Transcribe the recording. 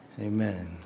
Amen